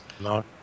No